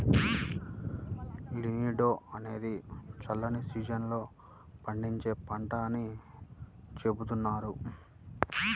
linseed అనేది చల్లని season లో పండించే పంట అని చెబుతున్నారు